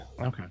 Okay